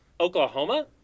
Oklahoma